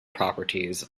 properties